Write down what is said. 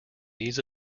ease